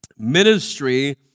ministry